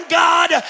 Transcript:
god